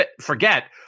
forget –